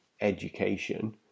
education